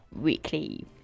weekly